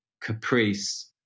Caprice